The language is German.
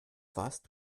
warst